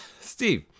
Steve